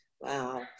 Wow